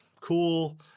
Cool